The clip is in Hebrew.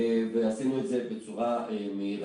ועשינו את זה בצורה מהירה וטובה.